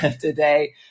today